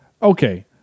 Okay